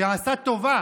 שעשה טובה